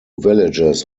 villages